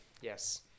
Yes